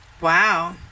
Wow